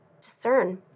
discern